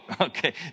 Okay